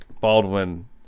Baldwin